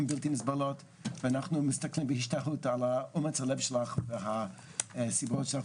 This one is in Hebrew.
הן בלתי נסבלות ואנחנו מסתכלים בהשתהות על אומץ הלב שלך והסיבולת שלך.